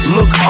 Look